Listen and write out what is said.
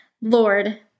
Lord